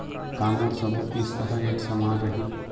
का मोर सबो किस्त ह एक समान रहि?